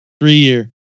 Three-year